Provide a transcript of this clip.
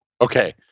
Okay